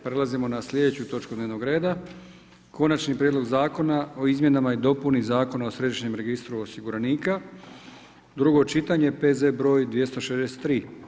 Prelazim na sljedeću točku dnevnog reda: - Konačni prijedlog Zakona o izmjenama i dopuni Zakona o središnjem registru osiguranika, drugo čitanje, P.Z., br. 263.